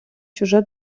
чуже